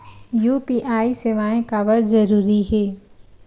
UPI सेवाएं काबर जरूरी हे?